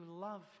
love